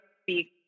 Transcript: speak